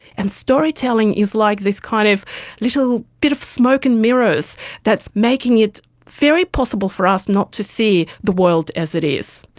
and storytelling is like this kind of little bit of smoke and mirrors that's making it very possible for us not to see the world as it is.